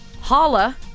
holla